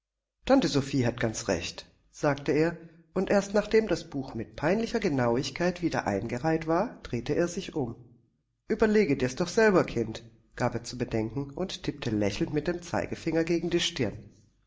tante sophie hat ganz recht sagte er und erst nachdem das buch mit peinlicher genauigkeit wieder eingereiht war drehte er sich um ueberlege dir's doch selber kind gab er ihr zu bedenken und tippte lächelnd mit dem zeigefinger gegen die stirn